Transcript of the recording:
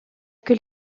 que